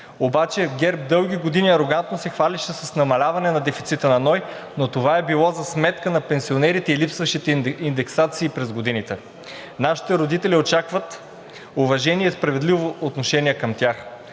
обаче ГЕРБ дълги години арогантно се хвалеше с намаляването на дефицита на НОИ, но това е било за сметка на пенсионерите и липсващите индексации през годините. Нашите родители очакват уважение и справедливо отношение към тях.